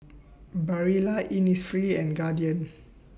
Barilla Innisfree and Guardian